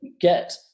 get